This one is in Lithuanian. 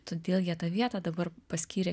todėl jie tą vietą dabar paskyrė